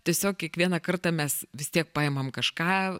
tiesiog kiekvieną kartą mes vis tiek paimam kažką